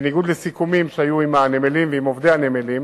בניגוד לסיכומים שהיו עם הנמלים ועם עובדי הנמלים,